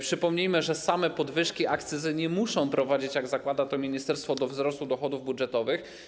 Przypomnijmy, że same podwyżki akcyzy nie muszą prowadzić, jak zakłada to ministerstwo, do wzrostu dochodów budżetowych.